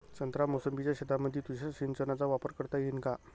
संत्रा मोसंबीच्या शेतामंदी तुषार सिंचनचा वापर करता येईन का?